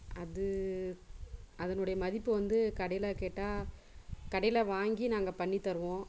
அது அதனுடைய மதிப்பு வந்து கடையில் கேட்டால் கடையில் வாங்கி நாங்கள் பண்ணி தருவோம்